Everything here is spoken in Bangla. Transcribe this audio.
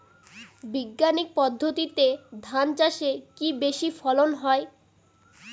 বৈজ্ঞানিক পদ্ধতিতে ধান চাষে কি বেশী ফলন হয়?